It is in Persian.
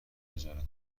اجاره